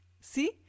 See